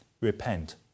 Repent